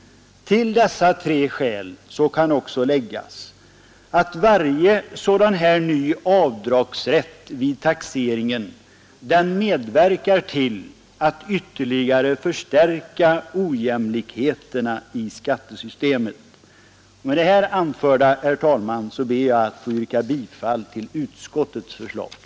Till dessa tre skäl kan läggas att varje sådan här ny avdragsrätt vid taxeringen medverkar till att ytterligare förstärka ojämlikheterna i skattesystemet. Herr talman! Med det anförda ber jag att få yrka bifall till utskottets hemställan.